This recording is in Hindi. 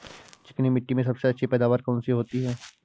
चिकनी मिट्टी में सबसे अच्छी पैदावार कौन सी होती हैं?